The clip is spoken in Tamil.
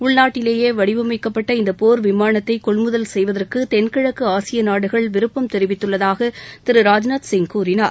உள்நாட்டிலேயே வடிவமைக்கப்பட்ட இந்த போர் விமானத்தை கொள்முதல் செய்வதற்கு தென்கிழக்கு ஆசிய நாடுகள் விருப்பம் தெரிவித்துள்ளதாக திரு ராஜ்நாத் சிங் கூறினார்